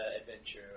adventure